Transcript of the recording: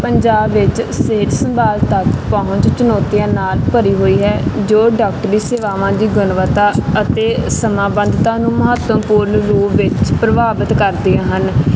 ਪੰਜਾਬ ਵਿੱਚ ਸਿਹਤ ਸੰਭਾਲ ਤੱਕ ਪਹੁੰਚ ਚੁਣੌਤੀਆਂ ਨਾਲ ਭਰੀ ਹੋਈ ਹੈ ਜੋ ਡਾਕਟਰੀ ਸੇਵਾਵਾਂ ਦੀ ਗੁਣਵੱਤਾ ਅਤੇ ਸਮਾਂ ਬੱਧਤਾ ਨੂੰ ਮਹੱਤਵਪੂਰਨ ਰੂਪ ਵਿੱਚ ਪ੍ਰਭਾਵਿਤ ਕਰਦੇ ਹਨ